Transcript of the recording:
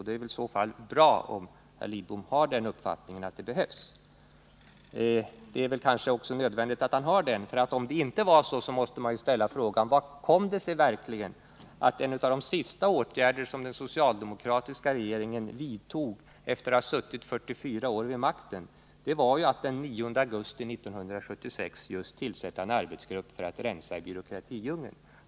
Det är i så fall bra om herr Lidbom har uppfattningen att det behövs en sådan bekämpning. Det är kanske också nödvändigt att han har den, därför att man, om det inte vore så, ju måste ställa frågan: Hur kommer det sig att en av de sista åtgärder som den socialdemokratiska regeringen vidtog efter att ha suttit vid makten i 44 år var just att den 9 augusti 1976 tillsätta en arbetsgrupp för att rensa i byråkratidjungeln?